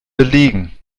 belegen